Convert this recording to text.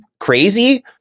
Crazy